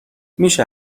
میشه